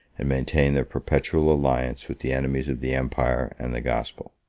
and maintained their perpetual alliance with the enemies of the empire and the gospel.